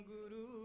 Guru